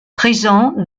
présent